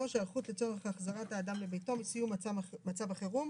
הערכות לצורך החזרת האדם לביתו בסיום מצב החירום.